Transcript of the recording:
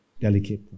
delicate